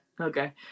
Okay